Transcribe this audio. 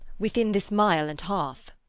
within this mile and half.